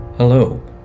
Hello